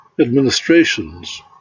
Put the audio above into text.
administrations